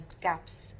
gaps